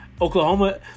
Oklahoma